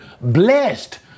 blessed